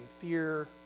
fear